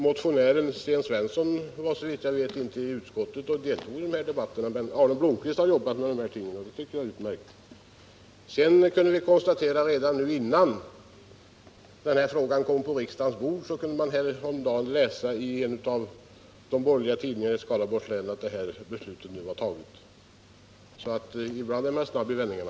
Motionären Sten Svensson var, såvitt jag vet, inte i utskottet och deltog i debatten om dessa frågor, men Arne Blomkvist har arbetat med dem, och det tycker jag är utmärkt. Häromdagen kunde man — redan innan ärendet kom på riksdagens bord — läsa i en av de borgerliga tidningarna i Skaraborgs län att beslutet nu var fattat. Ibland är man snabb i vändningarna!